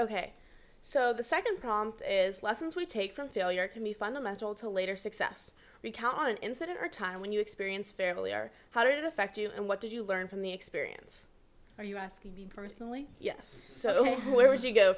ok so the second prompt is lessons we take from failure can be fundamental to later success because instead of our time when you experience family are how did it affect you and what did you learn from the experience are you asking me personally yes so where would you go